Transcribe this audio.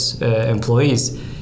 employees